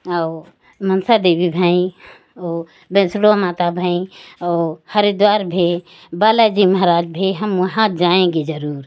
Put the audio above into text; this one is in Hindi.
और मनसा देवी भई और वैष्णो माता भई और हरिद्वार भे बाला जी महराज भी हम वहाँ जाएंगे जरुर